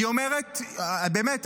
באמת,